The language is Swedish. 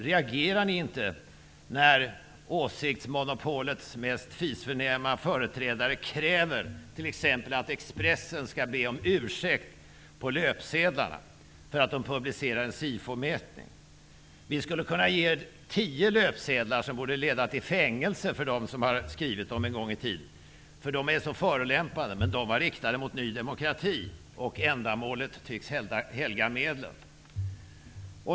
Reagerar ni inte när åsiktsmonopolets mest fisförnäma företrädare t.ex. kräver att Expressen på löpsedlarna skall be om ursäkt för att man publicerade Sifomätningar? Vi skulle kunna visa tio löpsedlar som borde leda till fängelse för dem som har skrivit dem en gång i tiden, därför att de är så förolämpande. Men de var riktade mot Ny demokrati, och ändamålet tycks helga medlen.